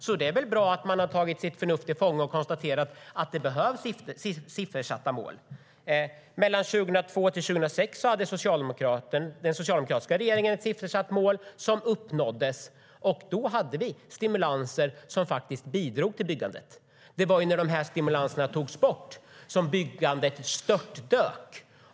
Därför är det bra att de har tagit sitt förnuft till fånga och konstaterat att siffersatta mål behövs. Mellan 2002 och 2006 hade den socialdemokratiska regeringen ett siffersatt mål som uppnåddes. Och då hade vi stimulanser som bidrog till byggandet. Det var när de stimulanserna togs bort som byggandet störtdök.